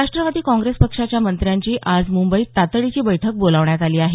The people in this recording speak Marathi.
राष्ट्रवादी काँग्रेस पक्षाच्या मंत्र्यांची आज मुंबईत तातडीची बैठक बोलावण्यात आली आहे